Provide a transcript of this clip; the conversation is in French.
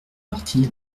parti